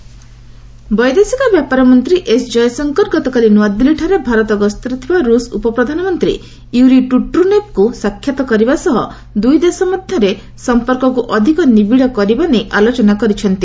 ଜୟଶଙ୍କର ରୁଷିଆ ବୈଦେଶିକ ବ୍ୟାପାର ମନ୍ତ୍ରୀ ଏସ୍ ଜୟଶଙ୍କର ଗତକାଲି ନୂଆଦିଲ୍ଲୀଠାରେ ଭାରତ ଗସ୍ତରେ ଥିବା ରୁଷ୍ ଉପପ୍ରଧାନମନ୍ତ୍ରୀ ୟୁରି ଟ୍ରଟ୍ନେଭ୍ଙ୍କୁ ସାକ୍ଷାତ କରିବା ସହ ଦୁଇଦେଶ ମଧ୍ୟରେ ସଂପର୍କକୁ ଅଧିକ ନିବିଡ଼ କରିବା ଘେନି ଆଲୋଚନା କରିଛନ୍ତି